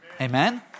Amen